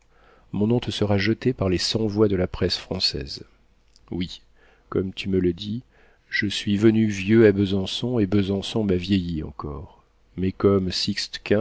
mon nom te sera jeté par les cent voix de la presse française oui comme tu me le dis je suis venu vieux à besançon et besançon m'a vieilli encore mais comme